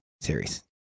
series